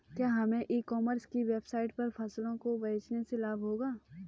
क्या हमें e commerce की वेबसाइट पर फसलों को बेचने से लाभ होगा?